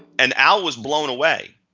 and al was blown away.